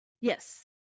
yes